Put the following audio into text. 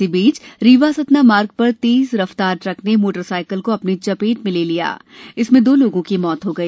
इसी बीच रीवा सतना मार्ग पर तेज रफ्तार ट्रक ने मोटर साइकिल को अपनी चपेट में ले लिया इसमें दो लोगों की मौत हो गई